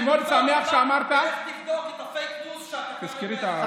אני מאוד שמח שאמרת --- ולך תבדוק את הפייק ניוז שאתה כרגע הפצת.